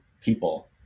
people